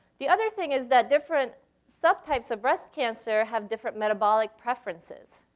the other thing is that different subtypes of breast cancer have different metabolic preferences.